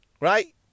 Right